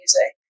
music